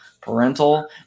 parental